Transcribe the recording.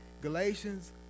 Galatians